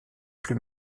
plus